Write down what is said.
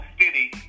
city